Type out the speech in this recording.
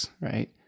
right